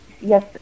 Yes